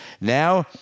Now